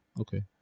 Okay